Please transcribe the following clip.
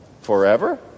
Forever